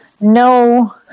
no